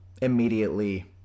immediately